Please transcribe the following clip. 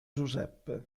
giuseppe